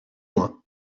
moi